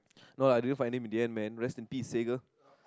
no lah didn't find him in the end man rest in peace Sega